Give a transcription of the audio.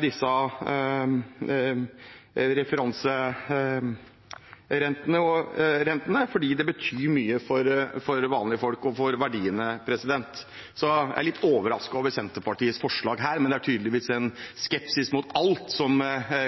disse referanserentene, fordi det betyr mye for vanlige folk og for verdiene. Så jeg er litt overrasket over Senterpartiets forslag her, men det er tydeligvis en skepsis mot alt som